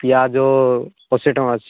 ପିଆଜ ଅଶୀ ଟଙ୍କା ଅଛି